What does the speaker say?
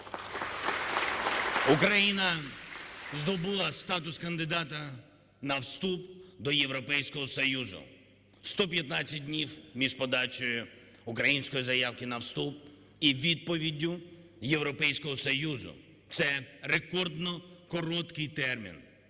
Україна здобула статус кандидата на вступ до Європейського Союзу. 115 днів між подачею української заявки на вступ і відповіддю Європейського Союзу – це рекордно короткий термін.